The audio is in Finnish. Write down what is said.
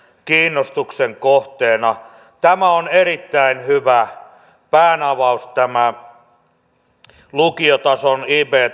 kiinnostuksen kohteena tämä on erittäin hyvä päänavaus tämä lukiotason ib